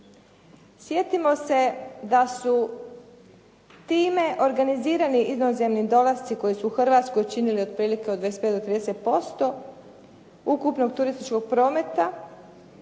Sjetimo se da su time organizirani inozemni dolasci koji su u Hrvatskoj činili otprilike od 25 do 30% ukupnog turističkog prometa